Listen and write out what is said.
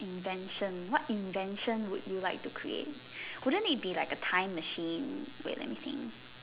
invention what invention would you like to create wouldn't it be like a time machine wait let me think